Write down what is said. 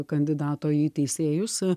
kandidato į teisėjus